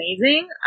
amazing